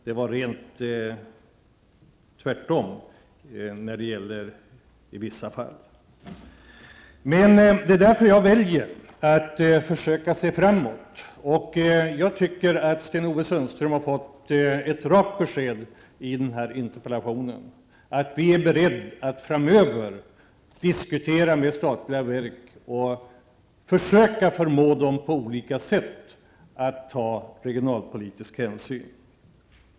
I vissa fall var det tvärtom. Det är därför jag väljer att försöka se framåt. Jag tycker att Sten-Ove Sundström har fått ett rakt besked som svar på sin interpellation, dvs. att vi är beredda att framöver diskutera med statliga verk och försöka förmå dem att på olika sätt ta regionalpolitisk hänsyn.